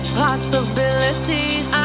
possibilities